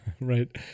Right